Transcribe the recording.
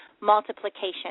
multiplication